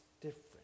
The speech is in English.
different